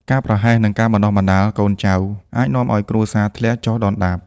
ការប្រហែសនឹងការបណ្ដុះបណ្ដាលកូនចៅ អាចនាំឱ្យគ្រួសារធ្លាក់ចុះដុនដាប។